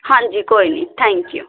ਹਾਂਜੀ ਕੋਈ ਨਹੀਂ ਥੈਂਕ ਯੂ